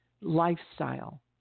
Lifestyle